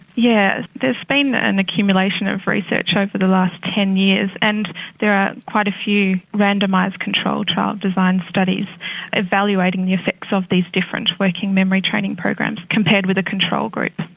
yeah there has been an accumulation of research over the last ten years, and there are quite a few randomised controlled trial designed studies evaluating the effects of these different different working memory training programs, compared with a control group.